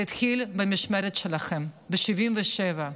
זה התחיל במשמרת שלכם, ב-77'.